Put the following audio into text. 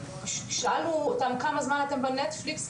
שאלנו אותם כמה זמן אתם בנטפליקס,